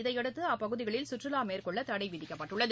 இதனையடுத்து அப்பகுதிகளில் சுற்றுலா மேற்கொள்வதற்கு தடை விதிக்கப்பட்டுள்ளது